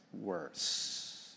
worse